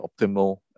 optimal